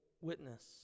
witness